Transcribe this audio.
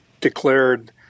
declared